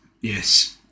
Yes